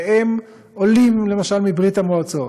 והם עולים למשל מברית המועצות,